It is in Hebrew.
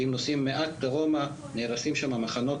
ואם נוסעים מעט דרומה נהרסים שם מחנות